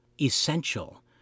essential